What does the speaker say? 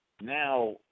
now